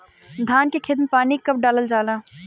धान के खेत मे पानी कब डालल जा ला?